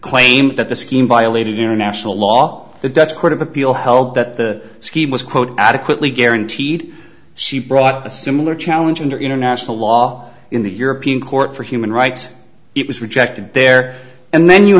claim that the scheme violated international law the dutch court of appeal held that the scheme was quote adequately guaranteed she brought a similar challenge under international law in the european court for human rights it was rejected there and then you